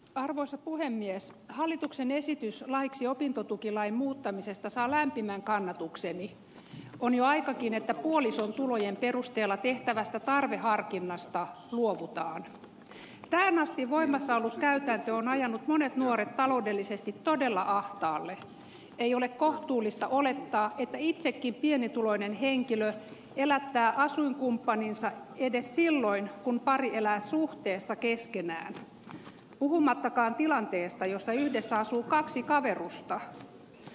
arvoisa puhemies hallituksen esitys laiksi opintotukilain muuttamisesta saa lämpimän kannatukseni on jo ainakin että puolison tulojen perusteella tehtävästä tarveharkinnasta luovuttaa tähän asti voimassa ollut käytäntö on ajanut monet nuoret taloudellisesti todella ahtaalle ei ole kohtuullista olettaa ettei kaikki pienituloinen henkilö elää tänään asuinkumppaninsa edes silloin kun pari elää suhteessa keskenään puhumattakaan tilanteesta josta yhdessä asuu kaksi kaverusta